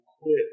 quit